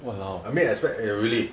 I mean I expect eh really